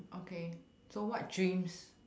okay so what dreams